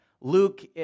Luke